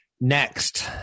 next